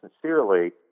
sincerely